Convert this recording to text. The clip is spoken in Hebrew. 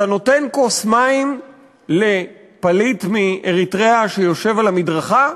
אתה נותן כוס מים לפליט מאריתריאה שיושב על המדרכה,